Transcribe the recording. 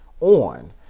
on